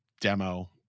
demo